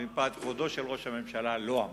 ומפאת כבודו של ראש הממשלה לא אמר.